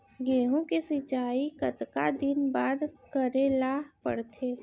गेहूँ के सिंचाई कतका दिन बाद करे ला पड़थे?